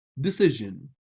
decision